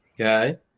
okay